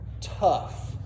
tough